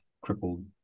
crippled